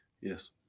Yes